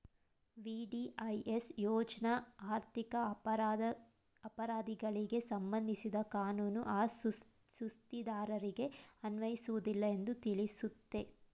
VDIS ಯೋಜ್ನ ಆರ್ಥಿಕ ಅಪರಾಧಿಗಳಿಗೆ ಸಂಬಂಧಿಸಿದ ಕಾನೂನು ಆ ಸುಸ್ತಿದಾರರಿಗೆ ಅನ್ವಯಿಸುವುದಿಲ್ಲ ಎಂದು ತಿಳಿಸುತ್ತೆ